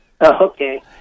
Okay